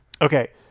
Okay